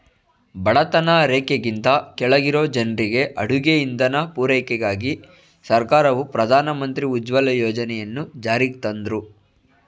ಬಡತನ ರೇಖೆಗಿಂತ ಕೆಳಗಿರೊ ಜನ್ರಿಗೆ ಅಡುಗೆ ಇಂಧನ ಪೂರೈಕೆಗಾಗಿ ಸರ್ಕಾರವು ಪ್ರಧಾನ ಮಂತ್ರಿ ಉಜ್ವಲ ಯೋಜನೆಯನ್ನು ಜಾರಿಗ್ತಂದ್ರು